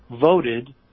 voted